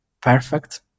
perfect